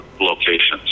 locations